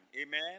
Amen